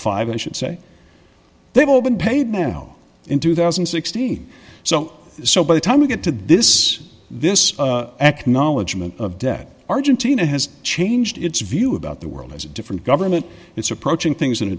five i should say they've all been paid now in two thousand and sixteen so so by the time we get to this this acknowledgement of debt argentina has changed its view about the world as a different government it's approaching things in a